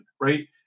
right